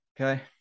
Okay